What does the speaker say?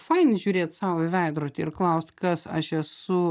fainiai žiūrėt sau į veidrodį ir klaust kas aš esu